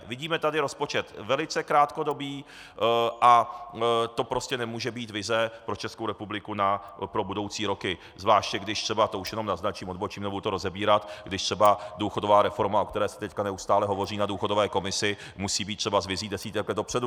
Vidíme tady rozpočet velice krátkodobý a to prostě nemůže být vize pro Českou republiku pro budoucí roky, zvláště když třeba, to už jenom naznačím, odbočím, nebudu to rozebírat, když třeba důchodová reforma, o které se teď neustále hovoří na důchodové komisi, musí být třeba s vizí desítek let dopředu.